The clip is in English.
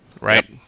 Right